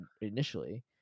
initially